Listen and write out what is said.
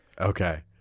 Okay